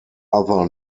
other